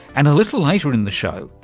and a little later in the show,